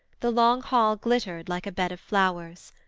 the long hall glittered like a bed of flowers.